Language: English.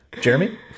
Jeremy